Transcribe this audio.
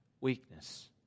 Weakness